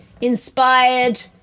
inspired